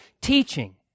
teaching